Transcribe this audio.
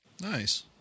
Nice